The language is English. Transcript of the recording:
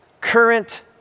Current